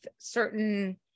certain